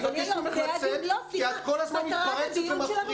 אני מבקש ממך לצאת כי את כל הזמן מתפרצת ומפריעה.